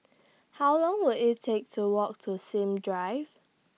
How Long Will IT Take to Walk to Sims Drive